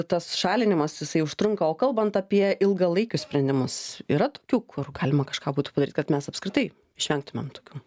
tas šalinimas jisai užtrunka o kalbant apie ilgalaikius sprendimus yra tokių kur galima kažką būtų padaryt kad mes apskritai išvengtumėm tokių